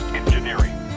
engineering